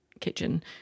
kitchen